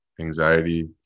anxiety